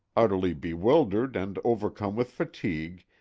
utterly bewildered and overcome with fatigue,